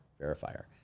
verifier